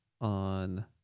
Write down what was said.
on